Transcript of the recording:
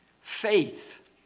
faith